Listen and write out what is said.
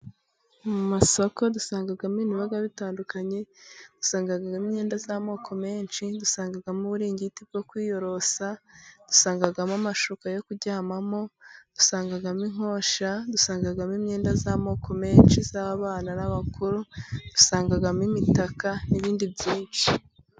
Mu masoko dusangamo ibintu biba bitandukanye, usangamo imyenda y'amoko menshi, dusangamo uburingiti bwo kwiyorosa, dusangamo amashuka yo kuryamamo, dusangamo inkosha, dusangamo imyenda y'amoko menshi y'abana n'abakuru, dusangamo imitaka n'ibindi byinshi.